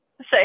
say